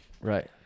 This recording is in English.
right